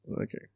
okay